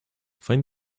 find